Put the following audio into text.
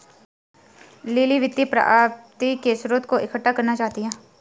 lily वित्त प्राप्ति के स्रोत इकट्ठा करना चाहती है